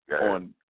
on